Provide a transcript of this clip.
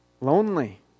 lonely